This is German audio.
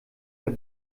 der